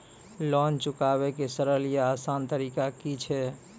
Loan चुकाबै के सरल या आसान तरीका की अछि?